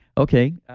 okay,